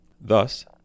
Thus